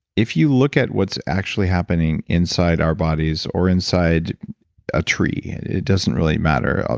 if you look at what's actually happening inside our bodies or inside a tree, it doesn't really matter.